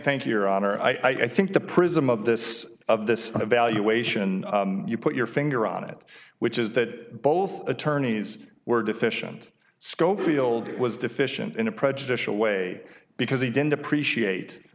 thank you are on are i think the prism of this of this evaluation you put your finger on it which is that both attorneys were deficient scofield was deficient in a prejudicial way because he didn't appreciate